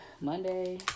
Monday